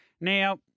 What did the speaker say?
Now